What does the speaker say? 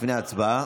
לפני ההצבעה.